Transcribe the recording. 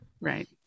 Right